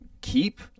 keep